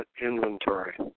inventory